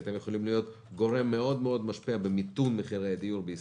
כי אתם יכולים להיות גורם מאוד מאוד משפיע במיתון מחירי הדיור בישראל,